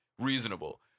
reasonable